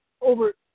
over